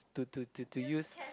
to to to to use